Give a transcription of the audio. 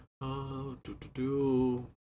do-do-do